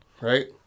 Right